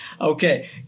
Okay